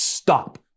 Stop